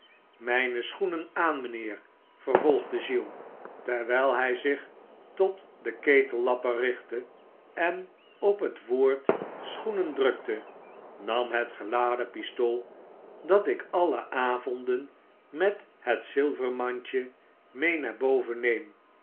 mijne schoenen aan mijnheer vervolgde giles terwijl hij zich tot den ketellapper richtte en op het woord schoenen drukte nam het geladen pistool dat ik alle avonden met het zilvermandje mee naar boven neem